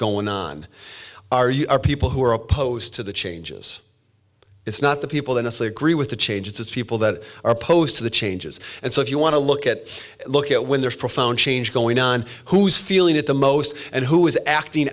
going on are you are people who are opposed to the changes it's not the people and if they agree with the change it's people that are opposed to the changes and so if you want to look at look at when there's a profound change going on who's feeling it the most and who is acting